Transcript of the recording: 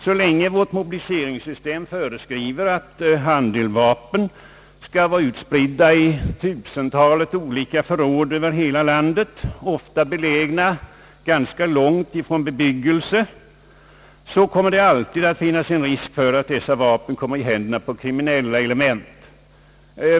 Så länge vårt mobiliseringssystem föreskriver att handeldvapen skall vara utspridda i tusentalet olika förråd över hela landet, ofta belägna ganska långt från bebyggelse, kommer det alltid att finnas risk för att dessa vapen kommer i händerna på kriminella element.